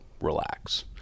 relax